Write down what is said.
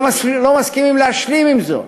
לא מסכימים להשלים עם זאת.